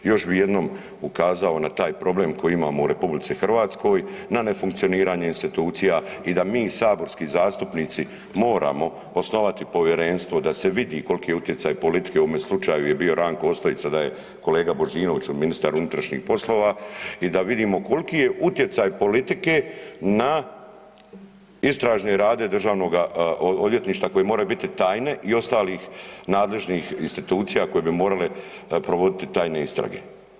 Još bi jednom ukazao na taj problem koji imamo u RH na nefunkcioniranje institucija i da mi saborski zastupnici moramo osnovati povjerenstvo da se vidi koliki je utjecaj politike u ovome slučaju je bio Ranko Ostojić, sada je kolega Božinović ministar unutrašnjih poslova i da vidimo koliki je utjecaj politike na istražne radnje državnoga odvjetništva koje moraju biti tajne i ostalih nadležnih institucija koje bi morale provoditi tajne istrage.